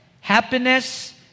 happiness